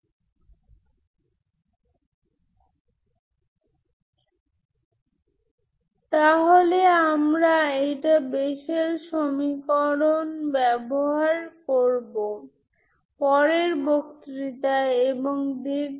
সুতরাং operator L হল Bessel type আমরা সেই উদাহরণ পরে দেখব